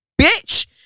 Bitch